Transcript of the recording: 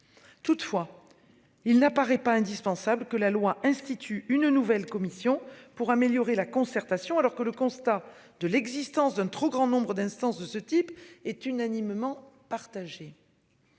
Toutefois il n'apparaît pas indispensable que la loi institute une nouvelle commission pour améliorer la concertation alors que le constat de l'existence d'un trop grand nombre d'instances de ce type est unanimement partagée.